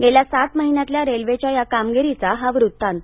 गेल्या सात महिन्यातल्या रेल्वेच्या या कामगिरीचा हा वृत्तांत